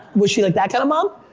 was she like that kind of mom?